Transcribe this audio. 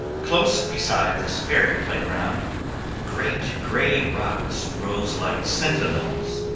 close beside this fairy playground great gray rocks rose like sentinels,